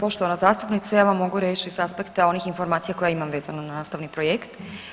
Poštovana zastupnice ja vam mogu reći s aspekta onih informacija koje imam vezano na nastavni projekt.